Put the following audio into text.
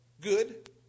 Good